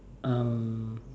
um